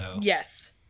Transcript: Yes